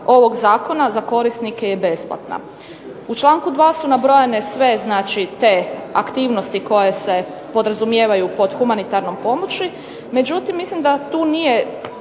za korisnike je besplatna. U članku 2. su nabrojane sve te aktivnosti koje se podrazumijevaju pod humanitarnom pomoći, međutim mislim da tu nije,